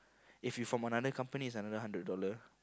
if you from another company is another hundred dollar